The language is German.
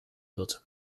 wird